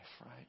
right